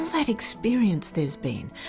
that experience there's been,